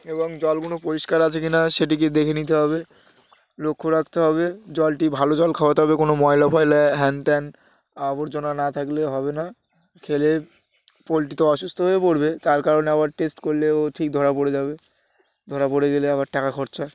এবং জল গুনো পরিষ্কার আছে কি না সেটিকে দেখে নিতে হবে লক্ষ্য রাখতে হবে জলটি ভালো জল খাওয়াতে হবে কোনো ময়লা ফয়লা হ্যান ত্যান আবর্জনা না থাকলে হবে না খেলে পোলট্রি তো অসুস্থ হয়ে পড়বে তার কারণে আবার টেস্ট করলেও ঠিক ধরা পড়ে যাবে ধরা পড়ে গেলে আবার টাকা খরচা